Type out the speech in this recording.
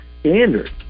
standard